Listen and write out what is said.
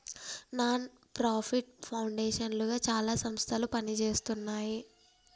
non profit foundation లుగా చాలా సంస్థలు పనిజేస్తున్నాయి